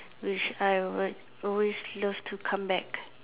which I would always love to come back